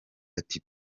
ati